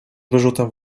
wyrzutem